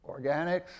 organics